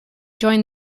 joined